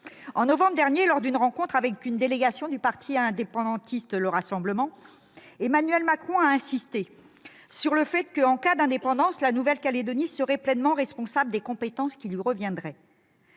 En novembre dernier, lors d'une rencontre avec une délégation du parti anti-indépendantiste Le Rassemblement, Emmanuel Macron a insisté sur le fait que, en cas d'indépendance, la Nouvelle-Calédonie serait pleinement responsable des compétences qui lui reviendraient.